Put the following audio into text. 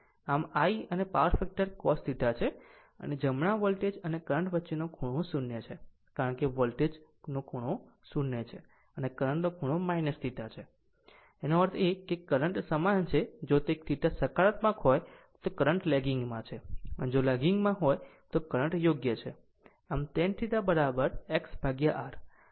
આ I અને power factor cos θ છે જમણા વોલ્ટેજ અને કરંટ વચ્ચેનો ખૂણો 0 છે કારણ કે વોલ્ટેજ ખૂણો 0 છે અને કરંટ ખૂણો θ છે એનો અર્થ એ કે કરંટ સમાન છે જો તે θ સકારાત્મક હોય તો કરંટ લેગીગ છે જો લેગીગ છે તો કરંટ યોગ્ય છે